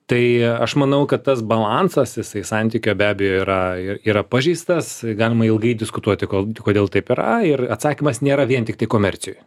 tai aš manau kad tas balansas jisai santykio be abejo yra ir yra pažeistas galima ilgai diskutuoti kol kodėl taip yra ir atsakymas nėra vien tiktai komercijoj